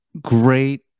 great